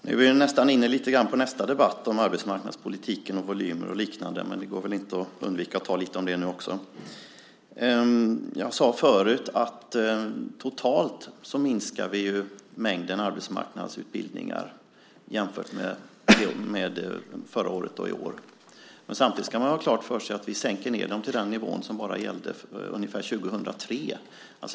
Fru talman! Nu är vi lite grann inne på nästa debatt som gäller arbetsmarknadspolitik, volymer och liknande, men det kan väl inte helt undvikas. Jag sade tidigare att vi totalt minskar mängden arbetsmarknadsutbildningar jämfört med förra året och i år. Samtidigt ska man ha klart för sig att vi sänker dem till den nivå som gällde omkring 2003.